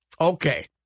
Okay